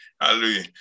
hallelujah